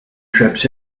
trips